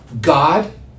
God